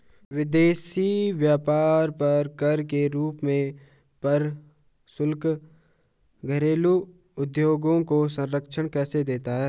विदेशी व्यापार पर कर के रूप में प्रशुल्क घरेलू उद्योगों को संरक्षण कैसे देता है?